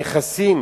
הנכסים